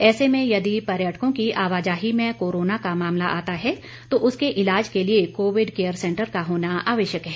ऐसे में यदि पर्यटकों की आवाजाही में कोरोना का मामला आता है तो उसके ईलाज के लिए कोविड केयर सेंटर का होना आवश्यक है